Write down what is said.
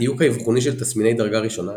הדיוק האבחוני של תסמיני דרגה ראשונה,